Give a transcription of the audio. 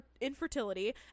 infertility